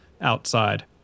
outside